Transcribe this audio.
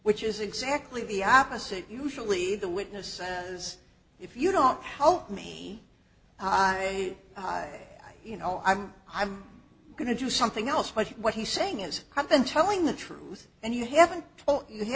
which is exactly the opposite usually the witness says if you know how me hi hi you know i'm i'm going to do something else but what he's saying is i've been telling the truth and you haven't oh you